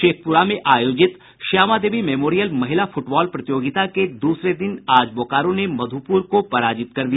शेखप्रा में आयोजित श्यमा देवी मेमोरियल महिला फुटबाल प्रतियोगिता के दूसरे दिन आज बोकारो ने मधुपुर को पराजित कर दिया